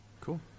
Cool